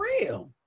real